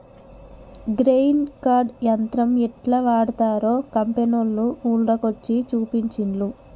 grain cart యంత్రం యెట్లా వాడ్తరో కంపెనోళ్లు ఊర్ల కొచ్చి చూపించిన్లు